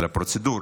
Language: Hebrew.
על הפרוצדורה.